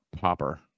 popper